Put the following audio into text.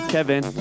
Kevin